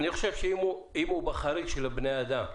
אני חושב שאם הוא בחריג של בני אדם,